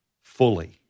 fully